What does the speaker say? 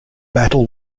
battle